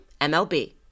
MLB